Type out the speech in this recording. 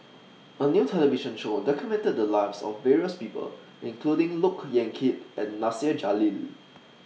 A New television Show documented The Lives of various People including Look Yan Kit and Nasir Jalil